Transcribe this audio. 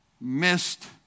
missed